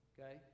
Okay